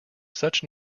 such